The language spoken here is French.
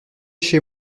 chez